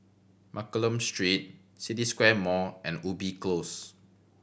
Mccallum Street City Square Mall and Ubi Close